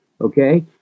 okay